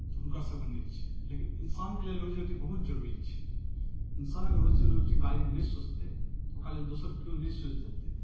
तऽ हुनकासभके लेल नहि छै लेकिन इन्सानके लेल बहुत जरूरी छै इंसान अगर रोजी रोटीके बारेमे नहि सोचतै तऽ ओकरा लेल दोसर केओ नहि सोचि देतै